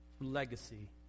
legacy